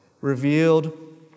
revealed